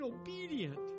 obedient